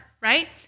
right